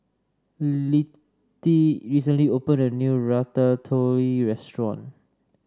Littie recently opened a new Ratatouille restaurant